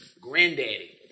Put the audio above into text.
granddaddy